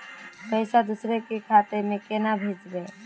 पैसा दूसरे के खाता में केना भेजबे?